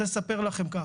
רוצה לספר לכם כך: